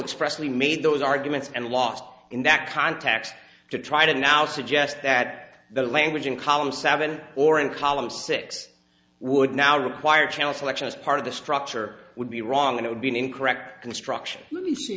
expressively made those arguments and lost in that context to try to now suggest that the language in column seven or in column six would now require channel selection as part of the structure would be wrong it would be an incorrect construction let me see